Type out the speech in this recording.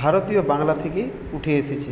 ভারতীয় বাংলা থেকেই উঠে এসেছে